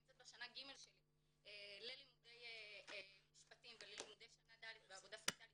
נמצאת בשנה ג' שלי ללימודי משפטים ולימודים שנה ד' בעבודה סוציאלית,